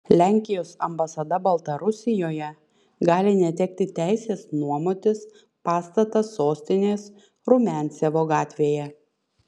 lenkijos ambasada baltarusijoje gali netekti teisės nuomotis pastatą sostinės rumiancevo gatvėje